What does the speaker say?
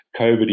COVID